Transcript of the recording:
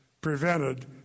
prevented